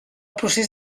procés